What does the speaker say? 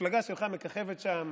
המפלגה שלך מככבת שם